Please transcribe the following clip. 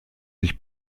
sich